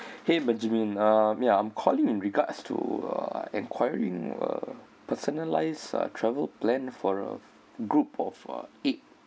!hey! benjamin uh ya I'm calling in regards to uh enquiring uh personalized travel plan for a group of uh eight